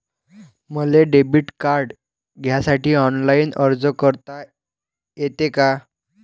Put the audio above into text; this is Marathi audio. मले डेबिट कार्ड घ्यासाठी ऑनलाईन अर्ज करता येते का?